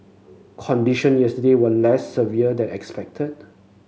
condition yesterday were less severe than expected